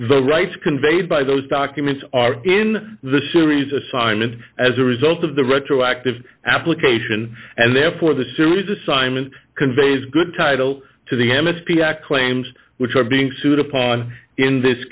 the rights conveyed by those documents are in the series assignment as a result of the retroactive application and therefore the series assignment conveys good title to the m s p act claims which are being sued upon in this